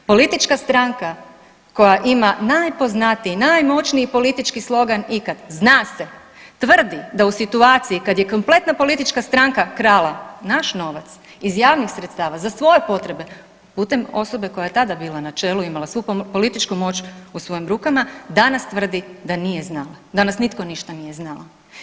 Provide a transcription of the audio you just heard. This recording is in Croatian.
Politička stranka koja ima najpoznatiji i najmoćniji politički slogan ikad „Zna se“ tvrdi da u situaciji kad je kompletna politička stranka krala naš novac iz javnih sredstava za svoje potrebe putem osobe koja je tada bila na čelu i imala svu političku moć u svojim rukama danas tvrdi da nije znala, danas nitko ništa nije znao.